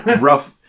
rough